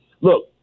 Look